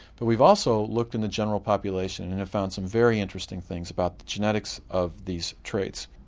but we've also looked in the general population and have found some very interesting things about the genetics of these traits.